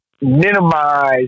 minimize